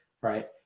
Right